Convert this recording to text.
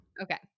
Okay